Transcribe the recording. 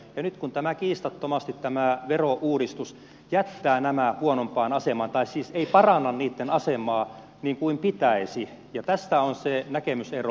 ja nyt kun tämä verouudistus kiistattomasti jättää nämä huonompaan asemaan tai siis ei paranna niitten asemaa niin kuin pitäisi niin tästä on se näkemysero